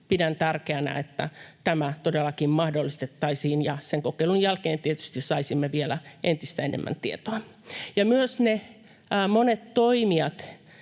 pidän tärkeänä, että tämä todellakin mahdollistettaisiin. Sen kokeilun jälkeen tietysti saisimme vielä entistä enemmän tietoa. Myös ne monet toimijat